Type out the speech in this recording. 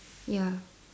ya